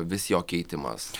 vis jo keitimas